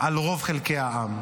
על רוב חלקי העם.